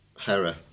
hera